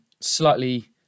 slightly